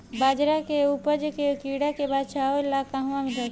बाजरा के उपज के कीड़ा से बचाव ला कहवा रखीं?